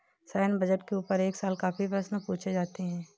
सैन्य बजट के ऊपर हर साल काफी प्रश्न पूछे जाते हैं